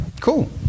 Cool